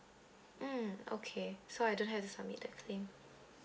mm okay so I don't have to submit the claim